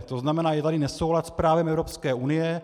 To znamená, je tady nesoulad s právem Evropské unie.